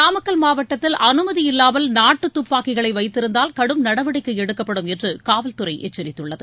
நாமக்கல் மாவட்டத்தில் அனுமதி இல்லாமல் நாட்டு துப்பாக்கிகளை வைத்திருந்தால் கடும் நடவடிக்கை எடுக்கப்படும் என்று காவல்துறை எச்சரிததுள்ளது